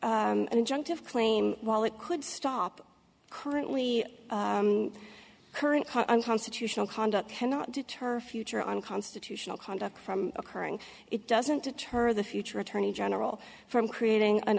claim while it could stop currently current unconstitutional conduct cannot deter future unconstitutional conduct from occurring it doesn't deter the future attorney general from creating an